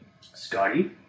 Scotty